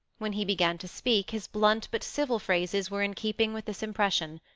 when he began to speak, his blunt but civil phrases were in keeping with this impression.